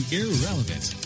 irrelevant